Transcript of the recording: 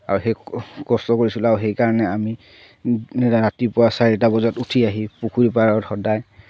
আৰু সেই কষ্ট কৰিছিলোঁ আৰু সেইকাৰণে আমি ৰাতিপুৱা চাৰিটা বজাত উঠি আহি পুখুৰী পাৰত সদায়